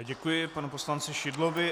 Děkuji panu poslanci Šidlovi.